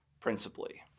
principally